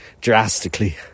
drastically